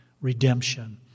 redemption